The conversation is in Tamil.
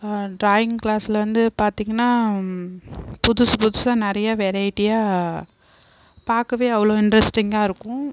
டிராயிங் கிளாஸில் வந்து பார்த்தீங்கனா புதுசு புதுசாக நிறைய வெரைட்டியாக பார்க்கவே அவ்வளோ இன்ட்ரஸ்டிங்காக இருக்கும்